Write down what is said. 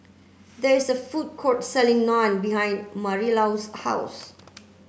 there is a food court selling Naan behind Marilou's house